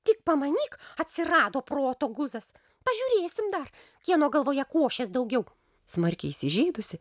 tik pamanyk atsirado proto guzas pažiūrėsim dar kieno galvoje košės daugiau smarkiai įsižeidusi